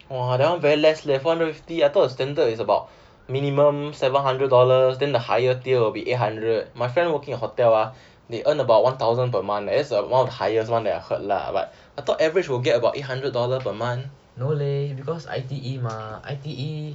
no leh because I_T_E mah I_T_E